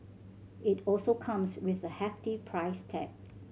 it also comes with a hefty price tag